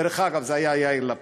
דרך אגב, זה היה יאיר לפיד.